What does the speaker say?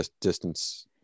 distance